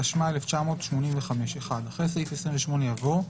התשמ"ה 1985 ‏ (1)אחרי סעיף 28 יבוא: